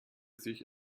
sich